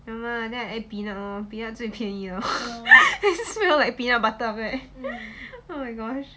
nevermind ah then I add peanut lor peanut 最便宜了 is just smell like peanut butter after that oh my gosh